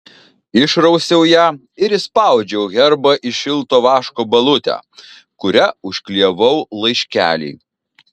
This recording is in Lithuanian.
išrausiau ją ir įspaudžiau herbą į šilto vaško balutę kuria užklijavau laiškelį